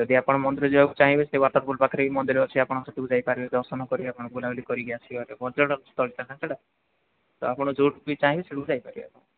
ଯଦି ଆପଣ ମନ୍ଦିର ଯିବାକୁ ଚାହିଁବେ ସେଇ ୱାଟରପୁଲ୍ ପାଖରେ ବି ମନ୍ଦିର ଅଛି ଆପଣ ସେଠିକୁ ଯାଇପାରିବେ ଦର୍ଶନ କରିବେ ଆପଣ ବୁଲାବୁଲି କରିକି ଆସିବେ ପର୍ଯ୍ୟଟନସ୍ଥଳୀଟା ନା ସେଟା ତ ଆପଣ ଯେଉଁଠିକି ଚାହିଁବେ ସେଇଠିକୁ ଯାଇପାରିବେ